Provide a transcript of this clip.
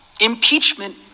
Impeachment